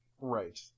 Right